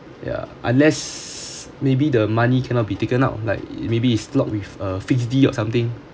ya unless maybe the money cannot be taken out like maybe is locked with a fixed D or something